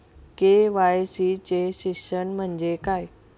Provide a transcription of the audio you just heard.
KYC चे शिक्षण म्हणजे काय?